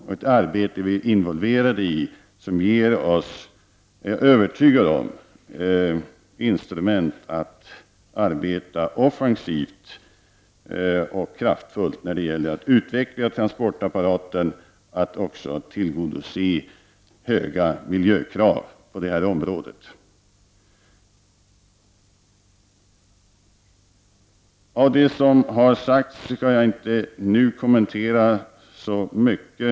Detta arbete vi är involverade i skall ge oss — det är jag övertygad om — instrument att arbeta offensivt och kraftfullt när det gäller att utveckla transportapparaten och att tillgodose höga miljökrav på detta område. Av det som sagts i debatten skall jag inte nu kommentera så mycket.